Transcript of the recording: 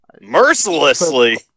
Mercilessly